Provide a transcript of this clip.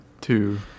two